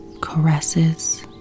caresses